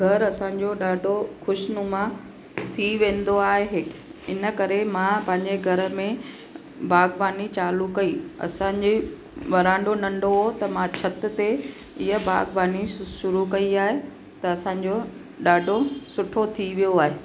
घर असांजो ॾाढो ख़ुशनुमा थी वेंदो आहे इन करे मां पंहिंजे घर में बाग़बानी चालू कई असांजे वरांडो नंढो हुओ त मां छत ते इहा बाग़बानी शुरू कई आहे त असांजो ॾाढो सुठो थी वियो आहे